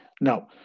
Now